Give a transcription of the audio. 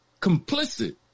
complicit